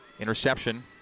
Interception